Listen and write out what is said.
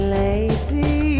lady